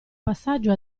passaggio